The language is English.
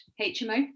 HMO